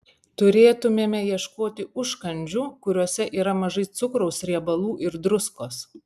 turėtumėme ieškoti užkandžių kuriuose yra mažai cukraus riebalų ir druskos